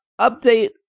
update